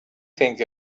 think